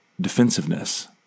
defensiveness